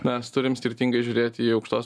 mes turim skirtingai žiūrėti į aukštos